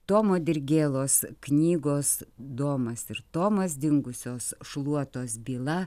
tomo dirgėlos knygos domas ir tomas dingusios šluotos byla